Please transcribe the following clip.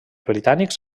britànics